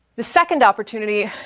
the second opportunity